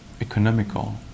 economical